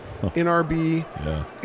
nrb